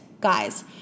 guys